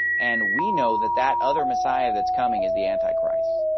and we know that that other messiah that's coming is the antichrist.